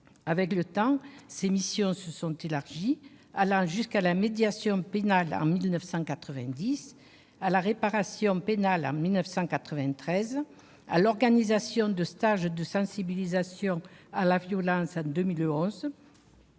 Avec le temps, ses missions se sont élargies, allant jusqu'à la médiation pénale en 1990, à la réparation pénale en 1993, à l'organisation de stages de sensibilisation à la violence en 2011